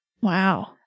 Wow